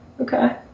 Okay